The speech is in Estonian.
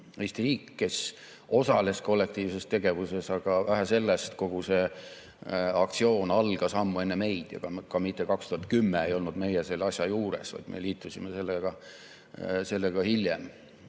Eesti riik, kes osales kollektiivses tegevuses. Vähe sellest, kogu see aktsioon algas ammu enne meid ja ka 2010 ei olnud meie selle asja juures, vaid me liitusime selle